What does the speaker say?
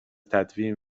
تدوین